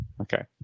okay